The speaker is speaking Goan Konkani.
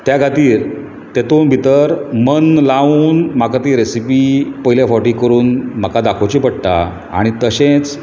त्या खातीर तातूंत भितर मन लावन म्हाका ती रेसिपी पयले फावटी करून म्हाका दाखोवची पडटा आनी तशेंच